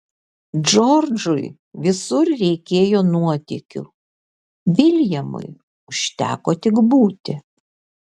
džordžui visur reikėjo nuotykių viljamui užteko tik būti